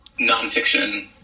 nonfiction